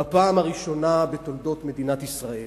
בפעם הראשונה בתולדות מדינת ישראל